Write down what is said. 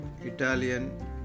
Italian